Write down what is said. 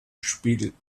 spielen